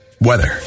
weather